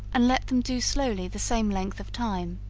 and let them do slowly the same length of time